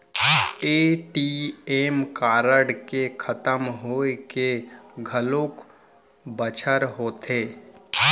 ATM card के खतम होए के घलोक बछर होथे